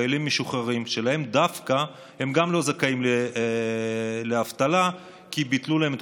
חיילים משוחררים: גם הם לא זכאים לאבטלה כי ביטלו להם,